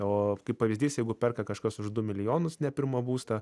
o kaip pavyzdys jeigu perka kažkas už du milijonus nepirmą būstą